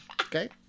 Okay